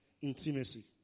intimacy